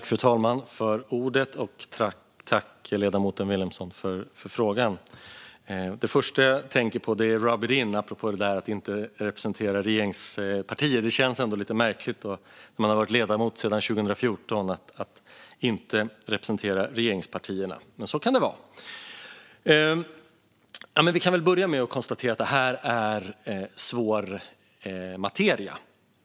Fru talman! Det första jag tänker på är: rub it in, apropå att inte representera regeringspartier. Det känns ändå lite märkligt att inte representera regeringspartierna när man har varit ledamot sedan 2014. Men så kan det vara. Jag kan börja med att konstatera att detta är svår materia.